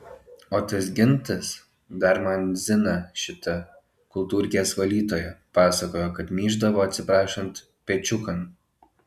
o tas gintas dar man zina šita kultūrkės valytoja pasakojo kad myždavo atsiprašant pečiukan